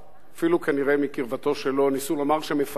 אפילו כנראה מקרבתו שלו, ניסו לומר שמפקדיו